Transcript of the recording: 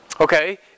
Okay